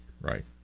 Right